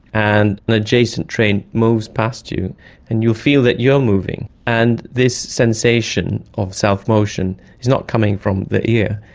and an adjacent train moves past you and you'll feel that you are moving. and this sensation of self-motion is not coming from the ear,